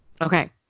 Okay